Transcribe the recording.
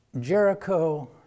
Jericho